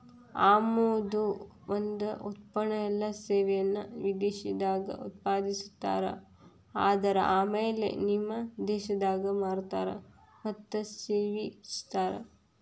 ಆಮದು ಒಂದ ಉತ್ಪನ್ನ ಎಲ್ಲಾ ಸೇವೆಯನ್ನ ವಿದೇಶದಾಗ್ ಉತ್ಪಾದಿಸ್ತಾರ ಆದರ ಆಮ್ಯಾಲೆ ನಿಮ್ಮ ದೇಶದಾಗ್ ಮಾರ್ತಾರ್ ಮತ್ತ ಸೇವಿಸ್ತಾರ್